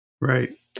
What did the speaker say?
Right